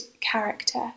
character